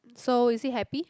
so is he happy